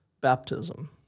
baptism